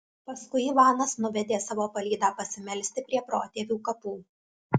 paskui ivanas nuvedė savo palydą pasimelsti prie protėvių kapų